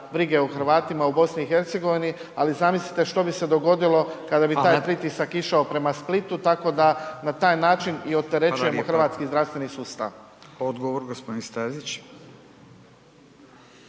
brige o Hrvatima u BiH, ali zamislite što bi se dogodilo kada bi taj pritisak išao prema Splitu tako da na taj način i opterećujemo hrvatski zdravstveni sustav. **Radin, Furio